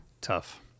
tough